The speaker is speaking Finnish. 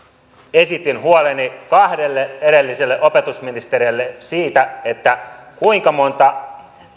esitin kahdelle edelliselle opetusministerille huoleni siitä kuinka monta